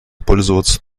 пользоваться